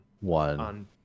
One